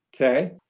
Okay